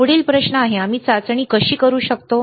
पुढील प्रश्न आहे आम्ही चाचणी कशी करू शकतो